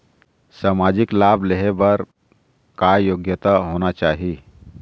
सामाजिक लाभ लेहे बर का योग्यता होना चाही?